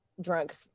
drunk